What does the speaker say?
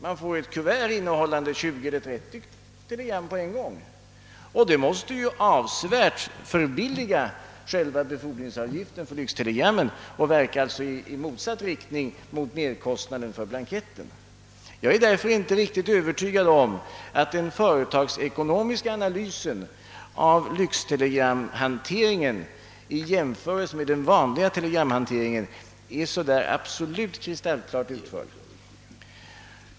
Man får ett kuvert, innehållande 20 eller 30 telegram åt gången, och det måste ju avsevärt förbilliga själva befordringsavgiften för lyxtelegrammen och detta verkar alltså i motsatt riktning mot merkostnaden för blanketten. Jag är därför inte riktigt övertygad om att den företagsekonomiska analysen av lyxtelegramhanteringen i jämförelse med den övriga telegramhanteringen är absolut kristallklart utförd.